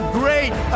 great